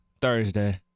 Thursday